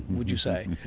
would you say?